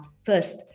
first